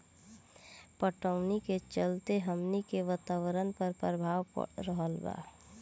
पटवनी के चलते हमनी के वातावरण पर प्रभाव पड़ रहल बा